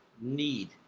need